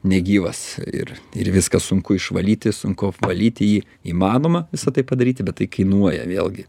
negyvas ir ir viską sunku išvalyti sunku apvalyti jį įmanoma visa tai padaryti bet tai kainuoja vėlgi